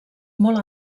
molt